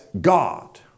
God